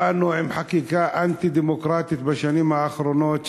באנו עם חקיקה אנטי-דמוקרטית בשנים האחרונות,